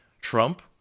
Trump